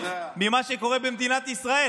ממה שקורה במדינת ישראל.